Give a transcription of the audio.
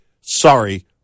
sorry